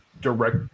direct